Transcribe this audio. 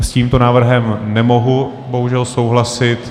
S tímto návrhem nemohu bohužel souhlasit.